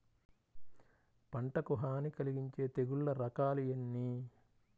పంటకు హాని కలిగించే తెగుళ్ల రకాలు ఎన్ని?